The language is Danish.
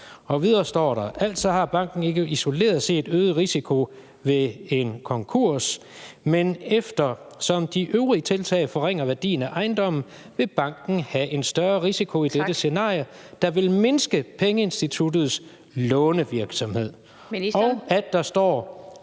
Videre står der: Altså har banken ikke isoleret set øget risiko ved en konkurs, men eftersom de øvrige tiltag forringer værdien af ejendommen, vil banken have en større risiko i dette scenarie, der vil mindske pengeinstituttets lånevirksomhed. Kl. 17:24 Den fg.